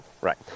Right